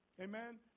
amen